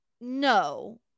no